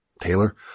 Taylor